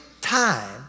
time